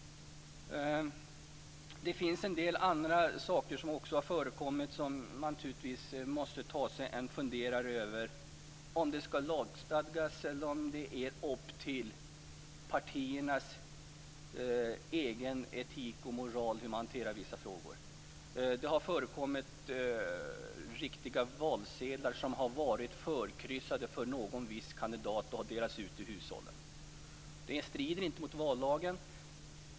Det är en del andra saker som har förekommit som man naturligtvis också måste ta sig en funderare på, t.ex. om det skall lagstadgas eller om det är upp till partiernas egen etik och moral hur man hanterar vissa frågor. Det har förekommit att riktiga valsedlar där en viss kandidat har varit förkryssad har delats ut till hushållen. Detta strider inte mot vallagen.